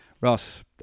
Ross